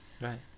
right